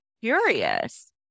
curious